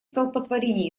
столпотворение